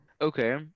okay